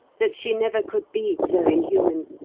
that she never could be so inhuman,